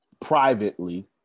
privately